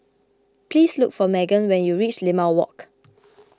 please look for Maegan when you reach Limau Walk